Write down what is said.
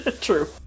True